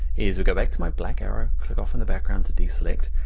is we go back to my black arrow, click off on the background to deselect.